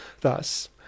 Thus